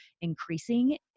increasing